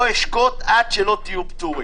לא אשקוט עד שתהיו פטורים.